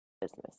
business